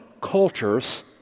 cultures